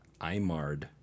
Imard